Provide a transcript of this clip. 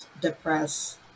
depressed